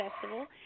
Festival